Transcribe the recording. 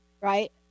right